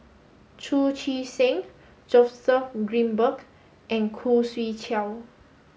Chu Chee Seng Joseph Grimberg and Khoo Swee Chiow